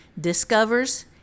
Discovers